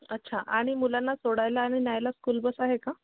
अच्छा आणि मुलांना सोडायला आणि न्यायला स्कुल बस आहे का